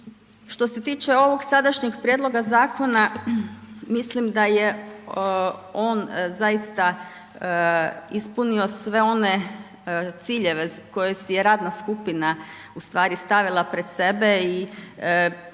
Što se tiče ovog sadašnjeg prijedloga zakona mislim da je on zaista ispunio sve one ciljeve koje si je radna skupina stavila pred sebe i mislim